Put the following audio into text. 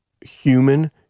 human